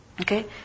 Okay